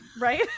right